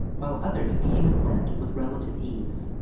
while others came and went with relative ease,